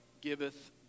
giveth